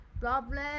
problem